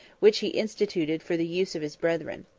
which he instituted for the use of his brethren.